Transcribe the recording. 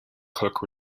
cook